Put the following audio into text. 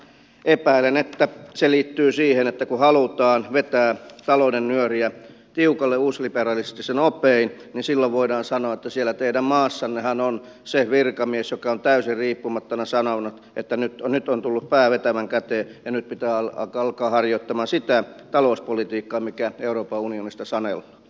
epäilen että se liittyy siihen että kun halutaan vetää talouden nyöriä tiukalle uusliberalistisin opein niin silloin voidaan sanoa että siellä teidän maassannehan on se virkamies joka on täysin riippumattomana sanonut että nyt on tullut pää vetävän käteen ja nyt pitää alkaa harjoittamaan sitä talouspolitiikkaa mikä euroopan unionista sanellaan